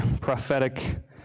prophetic